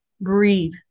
Breathe